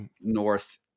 North